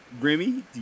Remy